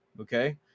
okay